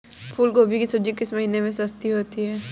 फूल गोभी की सब्जी किस महीने में सस्ती होती है?